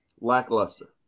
lackluster